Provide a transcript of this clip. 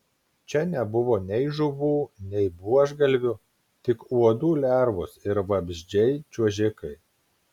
čia nebuvo nei žuvų nei buožgalvių tik uodų lervos ir vabzdžiai čiuožikai